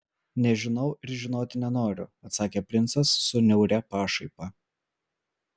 nežinau ir žinoti nenoriu atsakė princas su niauria pašaipa